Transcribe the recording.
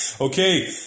Okay